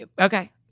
Okay